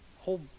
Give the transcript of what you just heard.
whole